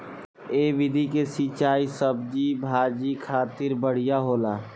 ए विधि के सिंचाई सब्जी भाजी खातिर बढ़िया होला